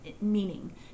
meaning